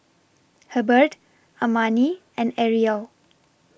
Hebert Amani and Arielle